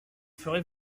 ferez